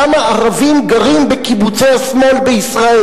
כמה ערבים גרים בקיבוצי השמאל בישראל?